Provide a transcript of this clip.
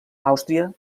àustria